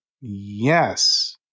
Yes